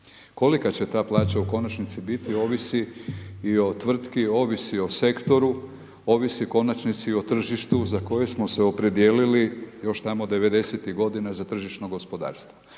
Kolika će ta plaća u konačnici biti, ovisi i o tvrtki, ovisi o sektoru, ovisi u konačnici i o tržištu za koje smo se opredijelili još tamo 90-tih godina za tržišno gospodarstvo.